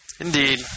Indeed